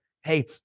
Hey